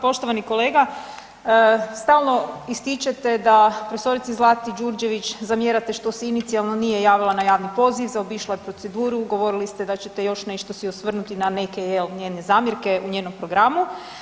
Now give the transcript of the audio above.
Poštovani kolega, stalno ističete da prof. Zlati Đurđević zamjerate što se inicijalno nije javila na javni poziv, zaobišla je proceduru, govorili ste da ćete još nešto se osvrnuti na neke jel njene zamjerke u njenom programu.